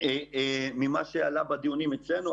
ממה שעלה בדיונים אצלנו,